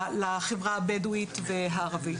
לחברה הבדואית והערבית.